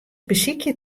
besykje